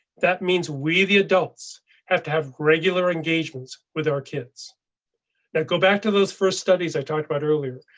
that means we, the adults have to have regular engagements with our kids. now go back to those first studies. i talked about earlier.